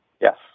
Yes